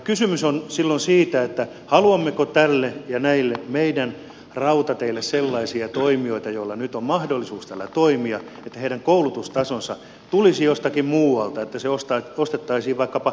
kysymys on silloin siitä haluammeko tälle ja näille meidän rautateille sellaisia toimijoita joilla nyt on mahdollisuus täällä toimia että heidän koulutustasonsa tulisi jostakin muualta että se ostettaisiin vaikkapa englannista